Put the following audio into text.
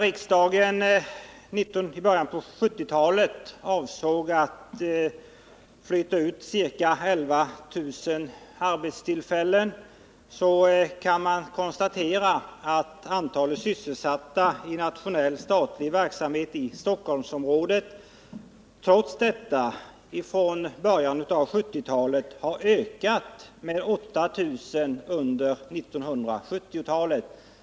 Riksdagen beslöt i början av 1970-talet att flytta ut ca 11 000 arbetstillfällen. Man kan konstatera att antalet sysselsatta i nationell statlig verksamhet i Stockhelmsområdet trots detta har ökat med 8000 under 1970-talet.